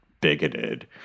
bigoted